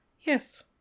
Yes